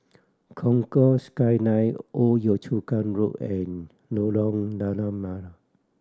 Concourse Skyline Old Yio Chu Kang Road and Lorong Lada Merah